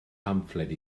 pamffled